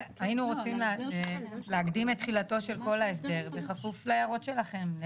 היינו רוצים להקדים את תחילתו של כל ההסדר בכפוף להערות שלכם.